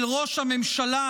אל ראש הממשלה,